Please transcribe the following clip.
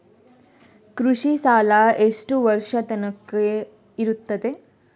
ಕೃಷಿ ಸಾಲ ಎಷ್ಟು ವರ್ಷ ತನಕ ಇರುತ್ತದೆ?